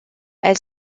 elle